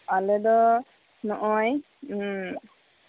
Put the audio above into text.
ᱟᱞᱮ ᱫᱚ ᱱᱚᱜ ᱚᱭ